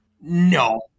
no